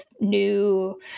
new